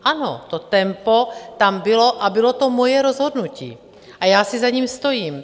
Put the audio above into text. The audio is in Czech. Ano, to tempo tam bylo, bylo to moje rozhodnutí a já si za ním stojím.